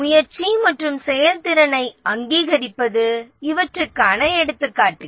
முயற்சி மற்றும் செயல்திறனை அங்கீகரிப்பது இவற்றுக்கான எடுத்துக்காட்டுகள்